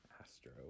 Astro